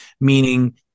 meaning